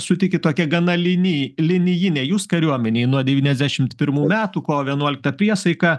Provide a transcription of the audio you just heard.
sutikit tokia gana lini linijinė jūs kariuomenėj nuo devyniasdešim pirmų kovo vienuoliktą priesaiką